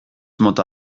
mota